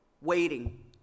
waiting